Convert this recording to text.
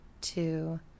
two